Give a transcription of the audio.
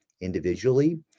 individually